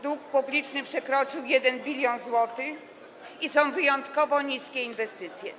Dług publiczny przekroczył 1 bln zł i są wyjątkowo niskie inwestycje.